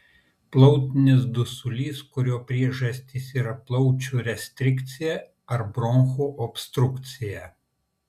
plautinis dusulys kurio priežastys yra plaučių restrikcija ar bronchų obstrukcija